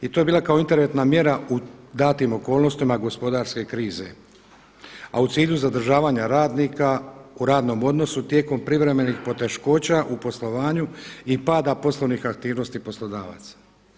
I to je bila kao interventna mjera u danim okolnostima gospodarske krize a u cilju zadržavanja radnika u radnom odnosu tijekom privremenih poteškoća u poslovanju i pada poslovnih aktivnosti poslodavaca.